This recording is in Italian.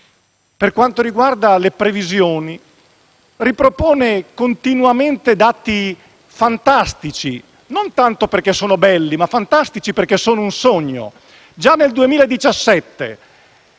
per quanto riguarda le previsioni, ripropone continuamente dati fantastici, non tanto perché sono belli ma perché sono un sogno. Già nel 2017,